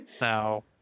Now